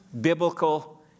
biblical